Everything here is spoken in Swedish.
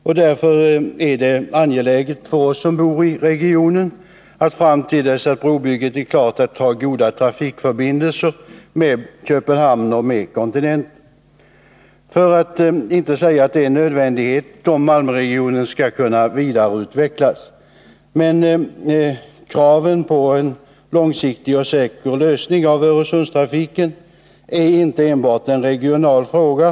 För oss som bor i regionen är det därför angeläget att fram till dess att brobygget är klart ha goda trafikförbindelser med Köpenhamn och kontinenten — för att inte säga att det är en nödvändighet, om Malmöregionen skall kunna vidareutvecklas. Men en långsiktig och säker lösning av Öresundstrafiken är inte enbart en regional fråga.